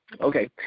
Okay